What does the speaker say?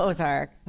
Ozark